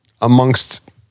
amongst